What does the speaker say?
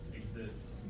exists